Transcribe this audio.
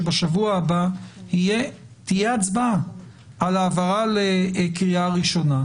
שבשבוע הבא תהיה הצבעה על העברה לקריאה ראשונה.